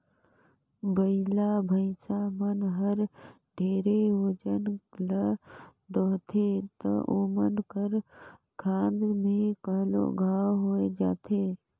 बइला, भइसा मन हर ढेरे ओजन ल डोहथें त ओमन कर खांध में घलो घांव होये जाथे